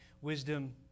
wisdom